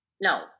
No